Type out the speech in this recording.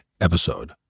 episode